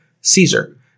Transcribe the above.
Caesar